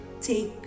Take